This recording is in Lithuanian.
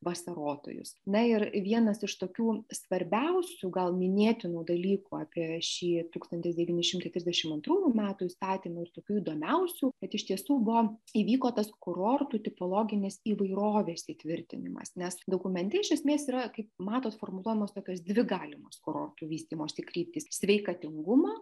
vasarotojus na ir vienas iš tokių svarbiausių gal minėtinų dalykų apie šį tūkstantis devyni šimtai trisdešim antrųjų metų įstatymą ir tokių įdomiausių kad iš tiesų buvo įvyko tas kurortų tipologinės įvairovės įtvirtinimas nes dokumente iš esmės yra kaip matot formuluojamos tokios dvi galimos kurortų vystymosi kryptys sveikatingumą